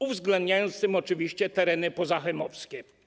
uwzględniając w tym oczywiście tereny pozachemowskie.